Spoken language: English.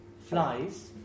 flies